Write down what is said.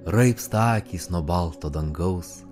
raibsta akys nuo balto dangaus